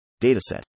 dataset